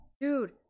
Dude